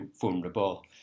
vulnerable